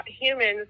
humans